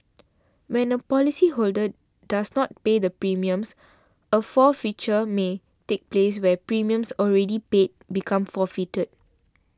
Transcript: when a policyholder does not pay the premiums a forfeiture may take place where premiums already paid become forfeited